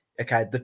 Okay